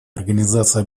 организация